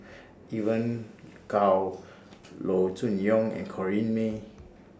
Evon Kow Loo Choon Yong and Corrinne May